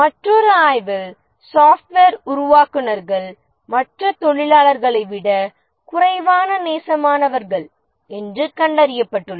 மற்றொரு ஆய்வில் சாப்ட்வேர் உருவாக்குநர்கள் மற்ற தொழிலாளர்களை விட குறைவான நேசமானவர்கள் என்று கண்டறியப்பட்டுள்ளது